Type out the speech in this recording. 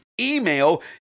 email